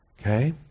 Okay